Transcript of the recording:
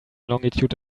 longitude